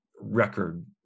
record